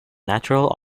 natural